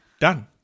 done